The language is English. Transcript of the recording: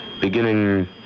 beginning